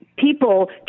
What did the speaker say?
People